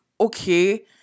okay